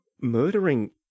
murdering